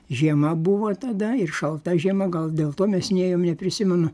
žiema buvo tada ir šalta žiema gal dėl to mes nėjom neprisimenu